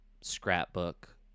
scrapbook